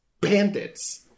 bandits